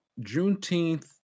juneteenth